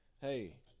hey